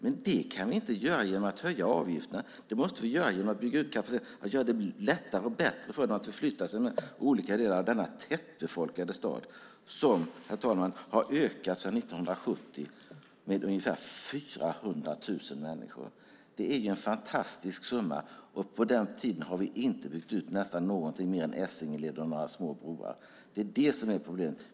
Men det kan vi inte göra genom att höja avgifterna. Det måste vi göra genom att bygga ut kapaciteten och göra det lättare och bättre för dem att förflytta sig mellan olika delar av den tätbefolkade stad, som, herr talman, har ökat sedan 1970 med ungefär 400 000 människor. Det är en fantastisk summa, och under den tiden har vi nästan inte byggt ut någonting mer än Essingeleden och några små broar. Det är det som är problemet.